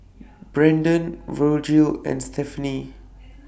Brandan Virgil and Stephanie